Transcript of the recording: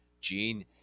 Gene